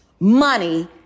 Money